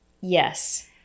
yes